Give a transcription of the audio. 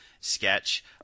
sketch